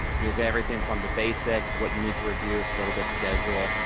and you'll get everything from the basics, what you need to review, syllabus schedule,